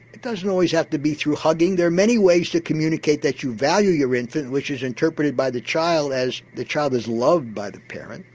it doesn't always have to be through hugging. there are many ways to communicate that you value your infant, which is interpreted by the child as the child is loved by the parent.